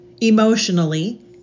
emotionally